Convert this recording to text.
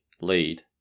lead